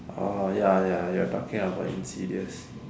orh ya ya you're talking about insidious